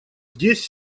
здесь